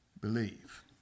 believe